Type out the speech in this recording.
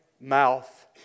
mouth